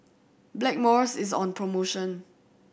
Blackmores is on promotion